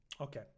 Okay